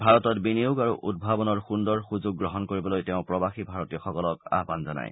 ভাৰতত বিনিয়োগ আৰু উদ্ভাৱনৰ সুন্দৰ সুযোগ গ্ৰহণ কৰিবলৈ তেওঁ প্ৰবাসী ভাৰতীয়সকলক আহান জনায়